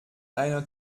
einer